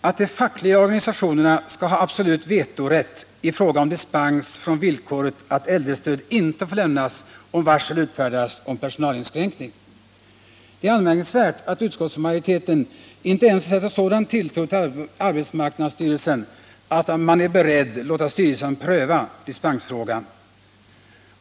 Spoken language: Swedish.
att de fackliga organisationerna skall ha absolut vetorätt i fråga om dispens från villkoret att äldrestöd inte får lämnas, om varsel utfärdats om personalinskränkning. Det är anmärkningsvärt att utskottsmajoriteten inte ens sätter sådan tilltro till arbetsmarknadsstyrelsen, att man är beredd att låta styrelsen pröva dispensfrågan.